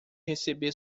receber